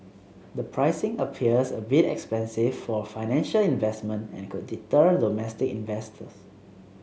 the pricing appears a bit expensive for a financial investment and could deter domestic investors